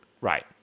Right